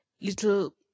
little